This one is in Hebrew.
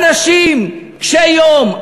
ואנשים קשי יום,